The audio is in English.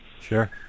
Sure